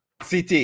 ct